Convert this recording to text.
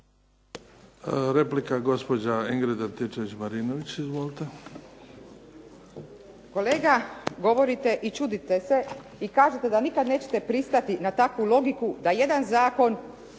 Replika, gospođa Ingrid Antičević-Marinović, izvolite.